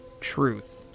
truth